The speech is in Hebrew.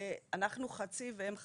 אנחנו חצי, והם חצי,